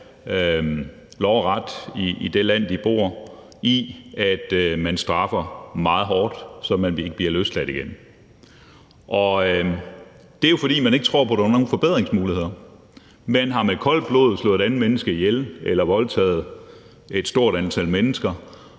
lov og ret i det land, de bor i, altså i forhold at man straffer det meget hårdt, så de ikke bliver løsladt igen. Og det er jo, fordi man ikke tror på, at der er nogle forbedringsmuligheder. Man har med koldt blod slået et andet menneske ihjel eller voldtaget et stort antal mennesker.